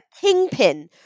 Kingpin